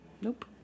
nope